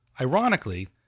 Ironically